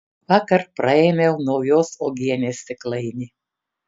vakar praėmiau naujos uogienės stiklainį